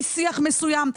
משיח מסוים.